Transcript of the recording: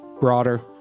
broader